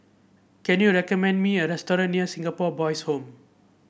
can you recommend me a restaurant near Singapore Boys' Home